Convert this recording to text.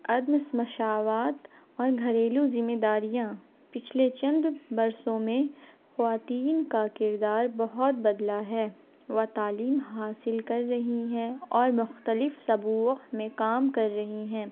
عدم مساوات اور گھریلو ذمہ داریاں پچھلے چند برسوں میں خواتین کا کردار بہت بدلا ہے وہ تعلیم حاصل کر رہی ہیں اور مختلف صوبہ میں کام کر رہی ہیں